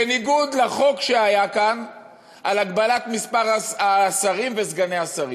בניגוד לחוק שהיה כאן על הגבלת מספר השרים וסגני השרים.